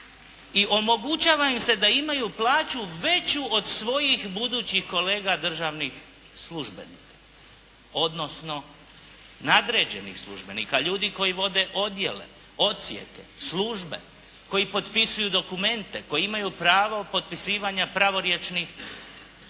i omogućava im se da imaju plaću veću od svojih budućih kolega državnih službenika odnosno nadređenih dužnosnika, ljudi koji vode odjele, odsjeke, službe, koji potpisuju dokumente, koji imaju pravo potpisivanja pravorječnih akata.